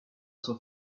son